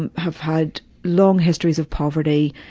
and have had long histories of poverty,